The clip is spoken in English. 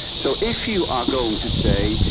so if you are going to say,